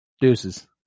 Deuces